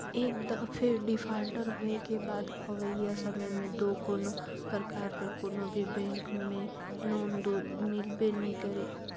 एक दफे डिफाल्टर होए के बाद अवइया समे में दो कोनो परकार कर कोनो भी बेंक में लोन दो मिलबे नी करे